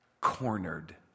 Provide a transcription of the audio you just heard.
cornered